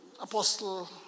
apostle